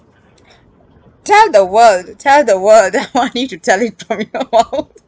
tell the world tell the world they want you to tell it from your mouth